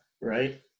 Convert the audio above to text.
right